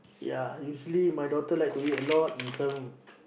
ya usually my daughter like to eat a lot become